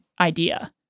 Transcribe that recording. idea